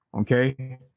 Okay